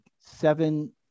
seven